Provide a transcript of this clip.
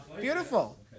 beautiful